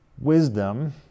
Wisdom